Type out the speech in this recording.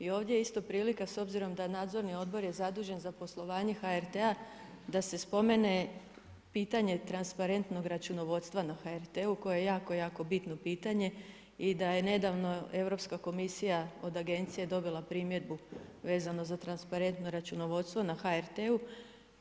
I ovdje isto prilika s obzirom da nadležni odbor je zadužen za poslovanje HRT-a da se spomene pitanje transparentnog računovodstva na HRT-u koje je jako, jako bitno pitanje i da je nedavno Europska komisija od agencije dobila primjedbu vezano za transparentno računovodstvo na HRT-u.